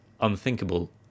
unthinkable